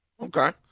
Okay